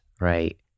right